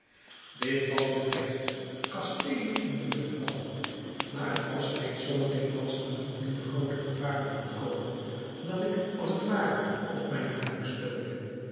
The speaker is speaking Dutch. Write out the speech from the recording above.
dit was met regt kasteelen in de lucht bouwen maar ik was reeds zoo dikwijls aan niet minder groote gevaren ontkomen dat ik als t ware op mijn geluk steunde